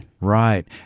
right